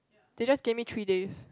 they just gave me three days